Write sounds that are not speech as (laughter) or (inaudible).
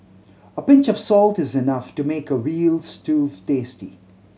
a pinch of salt is enough to make a veal stew (unintelligible) tasty